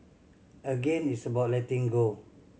again it's about letting go